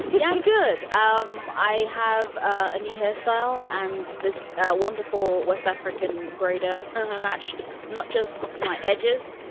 yeah i'm good. um i have a new hairstyle and this ah wonderful west african breda mismatched not just my edges,